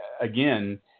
again